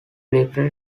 little